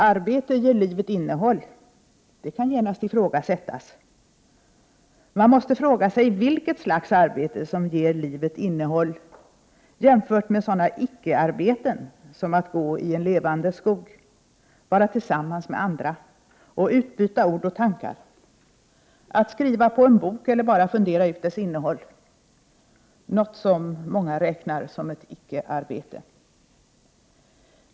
Arbete ger livet innehåll — det kan genast ifrågasättas; man måste fråga sig vilket slags arbete som ger livet innehåll jämfört med sådana icke-arbeten som att gå i levande skog, vara tillsammans med andra och utbyta ord och tankar, att skriva på en bok eller bara fundera ut dess innehåll, något som många räknar som ett icke-arbete.